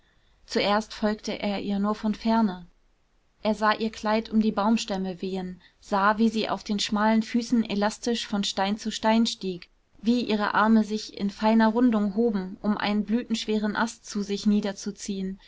zuerst folgte er ihr nur von ferne er sah ihr kleid um die baumstämme wehen sah wie sie auf den schmalen füßen elastisch von stein zu stein stieg wie ihre arme sich in feiner rundung hoben um einen blütenschweren ast zu sich niederzuziehen